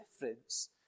difference